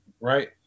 right